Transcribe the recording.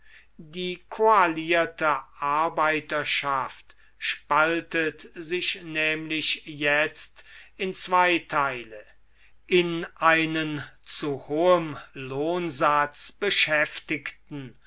die koalierte arbeiterschaft spaltet sich nämlich jetzt in zwei teile in einen zu hohem lohnsatz beschäftigten